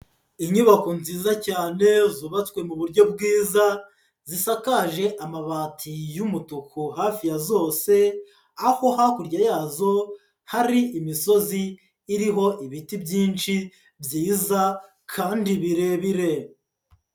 Inyubako nziza cyane zubatswe mu buryo bwiza zisakaje amabati y'umutuku hafi ya zose, aho hakurya yazo hari imisozi iriho ibiti byinshi byiza kandi birebire.